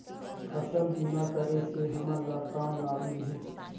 फसल बीमा करे से हमन ला कौन लाभ मिलही?